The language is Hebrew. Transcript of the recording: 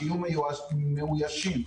שיהיו מאוישים